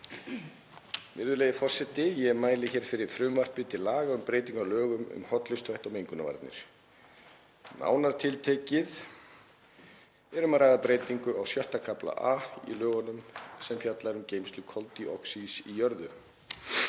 Hæstv. forseti. Ég mæli hér fyrir frumvarpi til laga um breytingu á lögum um hollustuhætti og mengunarvarnir. Nánar tiltekið er um að ræða breytingar á VI. kafla A í lögunum sem fjallar um geymslu koldíoxíðs í jörðu.